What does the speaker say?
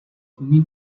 umím